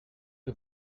que